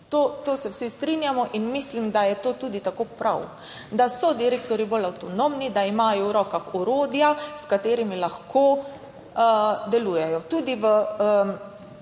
To se vsi strinjamo in mislim, da je to tudi tako prav: da so direktorji bolj avtonomni, da imajo v rokah orodja, s katerimi lahko delujejo. Tudi,